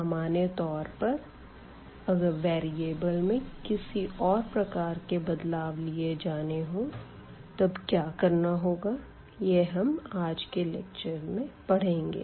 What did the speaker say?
सामान्य तौर पर अगर वेरीअबल में किसी और प्रकार के बदलाव लाए जाने हो तब क्या करना होगा यह हम आज के लेक्चर में पढ़ेंगे